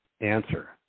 answer